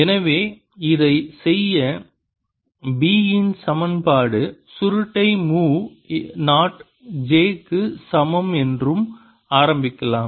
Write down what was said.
எனவே இதைச் செய்ய B இன் சமன்பாடு சுருட்டை மு நாட் j க்கு சமம் என்று ஆரம்பிக்கலாம்